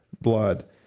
blood